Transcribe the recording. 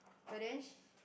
but then she